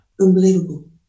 unbelievable